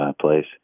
place